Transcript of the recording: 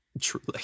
Truly